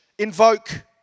Invoke